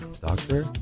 Doctor